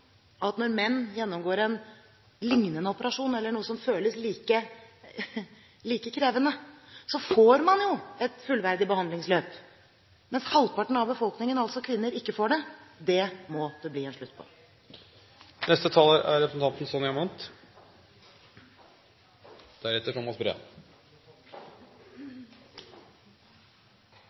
at når menn gjennomgår en lignende operasjon, eller noe som føles like krevende, får man et fullverdig behandlingsløp, mens halvparten av befolkningen, altså kvinner, ikke får det. Det må det bli en slutt på. Jeg har bare noen kommentarer. Representanten Kari Kjønaas Kjos er